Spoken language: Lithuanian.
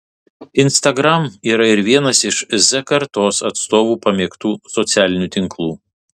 instagram yra ir vienas iš z kartos atstovų pamėgtų socialinių tinklų